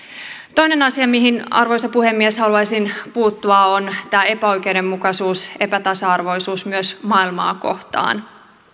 toinen asia mihin arvoisa puhemies haluaisin puuttua on tämä epäoikeudenmukaisuus epätasa arvoisuus myös maailmaa kohtaan